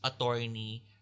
attorney